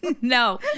no